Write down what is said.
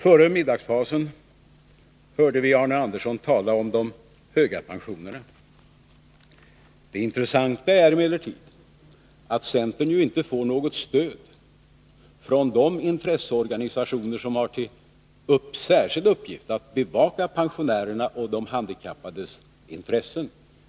Före middagspausen hörde vi Arne Andersson tala om de höga pensionerna. Det intressanta är emellertid att centern inte får något stöd från de intresseorganisationer som har till särskild uppgift att bevaka pensionärernas och de handikappades intressen.